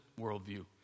worldview